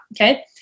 Okay